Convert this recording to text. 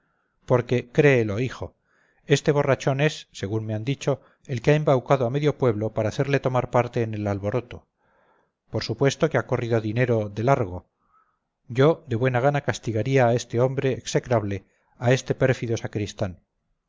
porque créelo hijo este borrachón es según me han dicho el que ha embaucado a medio pueblo para hacerle tomar parte en el alboroto por supuesto que ha corrido dinero de largo yo de buena gana castigaría a este hombre execrable a este pérfido sacristán